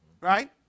right